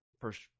first